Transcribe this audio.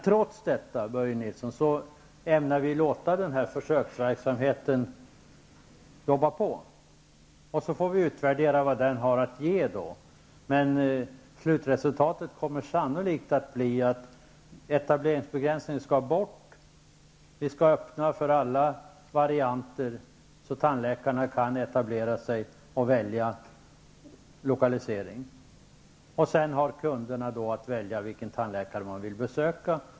Trots detta ämnar vi låta denna försöksverksamhet fortgå. Sedan får vi utvärdera vad den kan ge. Men slutresultatet kommer sannolikt att bli att etableringsbegränsningen måste bort. Vi skall öppna för alla varianter, så att tandläkare kan etablera sig och välja lokalisering. Sedan kan kunden välja vilken tandläkare han vill besöka.